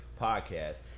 podcast